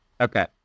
Okay